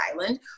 Island